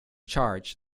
charge